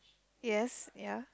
yes ya